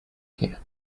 here